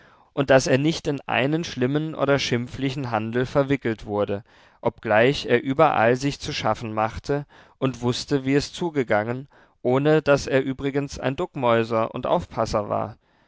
und daß er nicht in einen schlimmen oder schimpflichen handel verwickelt wurde obgleich er überall sich zu schaffen machte und wußte wie es zugegangen ohne daß er übrigens ein duckmäuser und aufpasser war